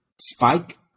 spike